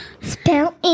Spelling